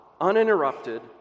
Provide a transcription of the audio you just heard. uninterrupted